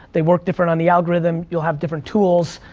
they work different on the algorithm, you'll have different tools,